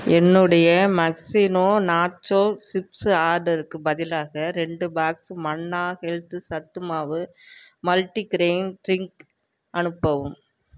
என்னுடைய மக்ஸினோ நாச்சோல் சிப்ஸ் ஆர்டருக்குப் பதிலாக ரெண்டு பாக்ஸ் மன்னா ஹெல்த்து சத்து மாவு மல்டிகிரெயின் ட்ரிங்க் அனுப்பவும்